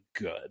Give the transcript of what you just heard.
good